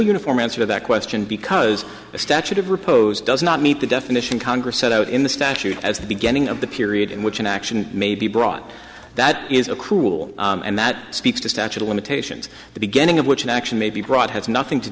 uniform answer that question because the statute of repose does not meet the definition congress set out in the statute as the beginning of the period in which an action may be brought that is a cruel and that speaks to statute of limitations the beginning of which an action may be brought has nothing to